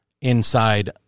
inside